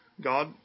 God